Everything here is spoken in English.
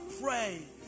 Pray